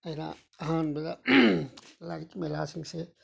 ꯑꯩꯅ ꯑꯍꯥꯟꯕꯗ ꯂꯥꯏꯔꯤꯛꯀꯤ ꯃꯦꯂꯥꯁꯤꯡꯁꯦ